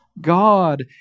God